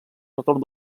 retorn